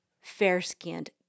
fair-skinned